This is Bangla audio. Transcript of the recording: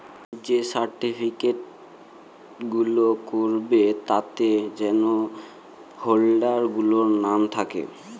যে সার্টিফিকেট গুলো করাবে তাতে যেন হোল্ডার গুলোর নাম থাকে